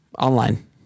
online